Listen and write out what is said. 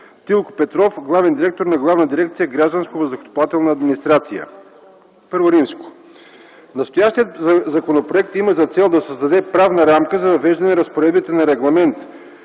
Тилко Петров – главен директор на Главна дирекция „Гражданска въздухоплавателна администрация”. І. Настоящият законопроект има за цел да създаде правна рамка за въвеждане разпоредбите на Регламент